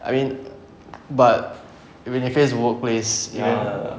I mean but when it came to workplace then